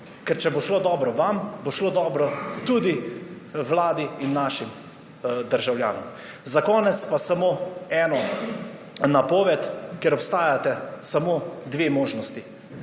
Ker če bo šlo dobro vam, bo šlo dobro tudi Vladi in našim državljanom. Za konec pa samo eno napoved, ker obstajata samo dve možnosti.